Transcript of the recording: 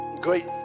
Great